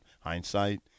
hindsight